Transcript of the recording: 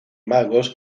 magos